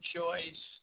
choice